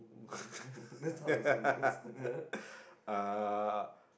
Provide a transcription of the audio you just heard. uh